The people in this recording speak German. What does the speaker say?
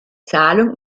zahlung